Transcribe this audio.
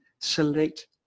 select